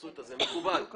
מקובל.